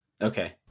Okay